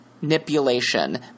manipulation